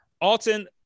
Alton